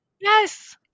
yes